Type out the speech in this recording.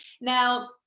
Now